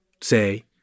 say